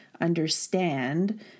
understand